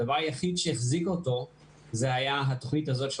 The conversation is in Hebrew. הדבר היחיד שהחזיק אותו היה התוכנית הזאת,